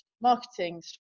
marketing